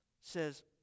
says